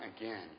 again